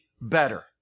better